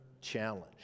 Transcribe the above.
challenge